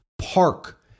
park